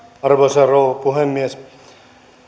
arvoisa rouva puhemies